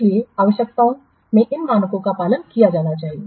इसलिए आवश्यकताओं में इन मानकों का पालन किया जाना चाहिए